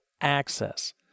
access